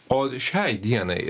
o šiai dienai